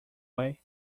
way